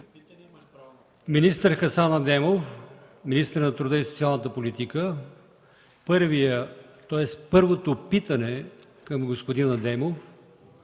господин Хасан Адемов – министър на труда и социалната политика. Първото питане към господин Адемов